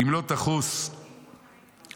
אם לא תחוס עלינו,